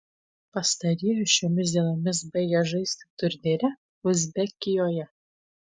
pastarieji šiomis dienomis baigia žaisti turnyre uzbekijoje